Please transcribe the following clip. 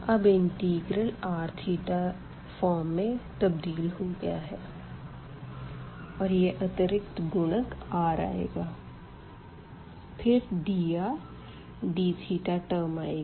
अब integral r θ form में तब्दील हो गया है और यह अतिरिक्त गुणक r आएगा फिर drdθ टर्म आएगी